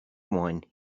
wine